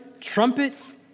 trumpets